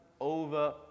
over